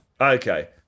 okay